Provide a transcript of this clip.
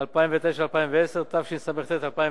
2009 ו-2010), התשס"ט 2009,